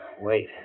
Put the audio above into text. wait